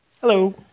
Hello